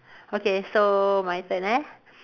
okay so my turn eh